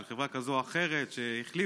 חברה כזו או אחרת שהחליפו,